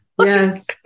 Yes